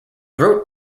wrote